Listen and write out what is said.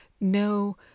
no